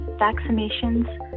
vaccinations